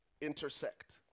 intersect